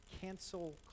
cancel